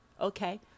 okay